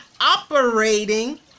operating